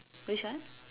which one